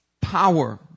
Power